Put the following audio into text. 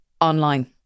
online